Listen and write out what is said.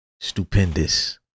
stupendous